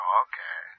okay